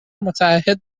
متعهد